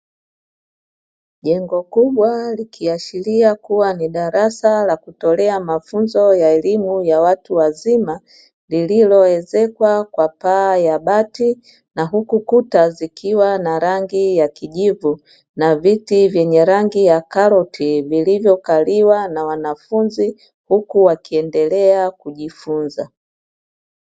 Jengo kubwa likiashiria kuwa ni darasa la kutolea mafunzo ya elimu ya watu wazima, lililoezekwa kwa paa ya bati na huku kuta zikiwa na rangi ya kijivu, na viti vyenye rangi ya karoti vilivyokaliwa na wanafunzi huku wakiendelea kujifunza.